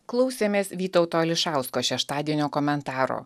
klausėmės vytauto ališausko šeštadienio komentaro